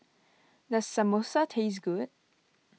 does Samosa taste good